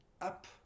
up